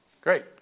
Great